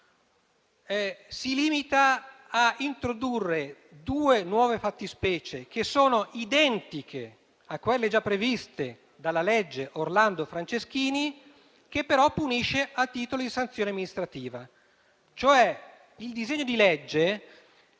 si limita a introdurre due nuove fattispecie, che sono identiche a quelle già previste dalla legge Orlando-Franceschini, che però punisce a titolo di sanzione amministrativa. Il disegno di legge